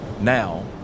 now